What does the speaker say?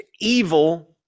evil